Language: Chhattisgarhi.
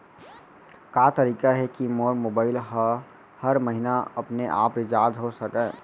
का तरीका हे कि मोर मोबाइल ह हर महीना अपने आप रिचार्ज हो सकय?